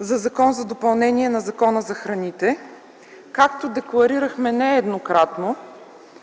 за допълнение на Закона за храните. Както декларирахме нееднократно,